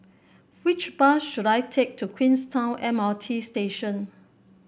which bus should I take to Queenstown M R T Station